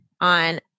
On